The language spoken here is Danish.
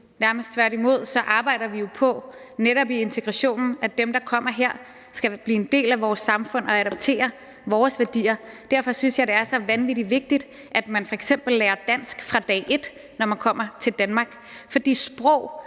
nærmest tværtimod. Vi arbejder jo på netop i integrationen, at dem, der kommer her, skal blive en del af vores samfund og adoptere vores værdier. Derfor synes jeg, at det er så vanvittig vigtigt, at man f.eks. lærer dansk fra dag ét, når man kommer til Danmark, for sprog